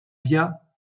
via